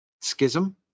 schism